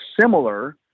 similar –